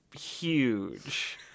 huge